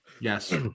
Yes